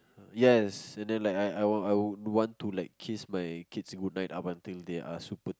yes and then like I I I would want to like kiss my kids goodnight up until they are super